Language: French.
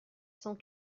cent